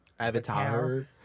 Avatar